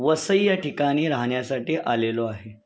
वसई या ठिकाणी राहण्यासाठी आलेलो आहे